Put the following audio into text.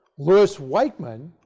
louis weichmann